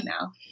now